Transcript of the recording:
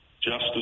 Justice